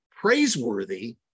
praiseworthy